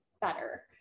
better